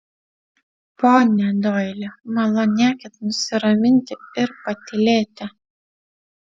pone doili malonėkit nusiraminti ir patylėti